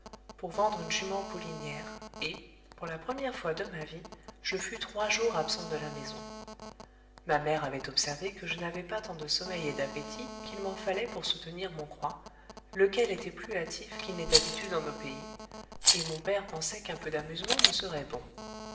pour vendre une jument poulinière et pour la première fois de ma vie je fus trois jours absent de la maison ma mère avait observé que je n'avais pas tant de sommeil et d'appétit qu'il m'en fallait pour soutenir mon croît lequel était plus hâtif qu'il n'est d'habitude en nos pays et mon père pensait qu'un peu d'amusement me serait bon